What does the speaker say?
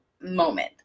moment